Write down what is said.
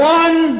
one